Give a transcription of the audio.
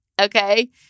Okay